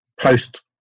post